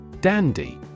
Dandy